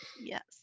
Yes